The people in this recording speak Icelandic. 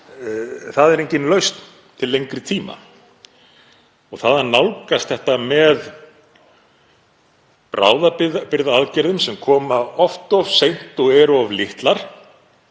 er engin lausn til lengri tíma. Það að nálgast þetta með bráðabirgðaaðgerðum sem koma oft of seint og eru of litlar